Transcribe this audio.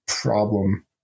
Problem